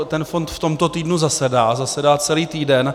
Ten fond v tomto týdnu zasedá, zasedá celý týden.